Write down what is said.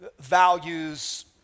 values